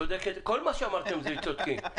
כל מה שאמרתם אתם צודקים.